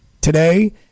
today